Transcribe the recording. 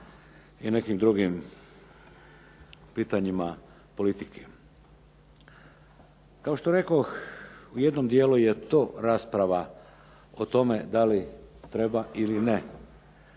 i nekim drugim pitanjima politike. Kao što rekoh u jednom dijelu je to rasprava o tome da li treba ili ne